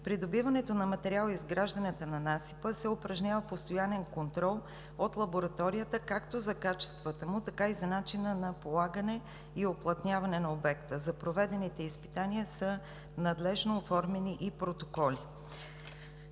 При добиването на материал и изгражданията на насипа се упражнява постоянен контрол от лабораторията както за качествата му, така и за начина на полагане и уплътняване на обекта. За проведените изпитания надлежно са оформени и протоколи.